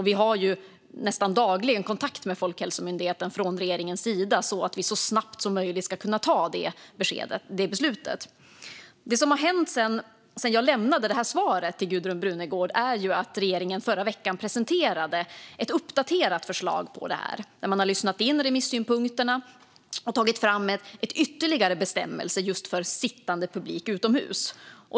Vi har nästan dagligen kontakt med Folkhälsomyndigheten från regeringens sida så att vi så snabbt som möjligt ska kunna ta detta beslut. Det som har hänt sedan jag lämnade detta svar till Gudrun Brunegård är att regeringen förra veckan presenterade ett uppdaterat förslag på detta, där man har lyssnat in remissynpunkterna och tagit fram en ytterligare bestämmelse just för sittande publik utomhus.